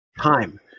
time